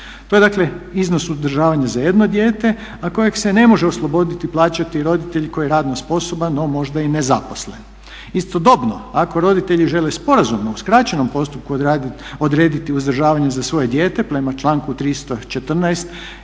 To je dakle iznos uzdržavanja za jedno dijete, a kojeg se ne može osloboditi plaćati roditelj koji je radno sposoban, no možda i nezaposlen. Istodobno ako roditelji žele sporazumno u skraćenom postupku odrediti uzdržavanje za svoje dijete prema članku 314.